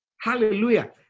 Hallelujah